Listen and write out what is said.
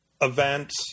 events